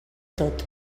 tot